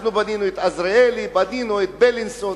אנחנו בנינו את "עזריאלי" ואת "בילינסון".